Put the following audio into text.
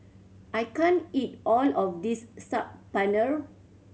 I can't eat all of this Saag Paneer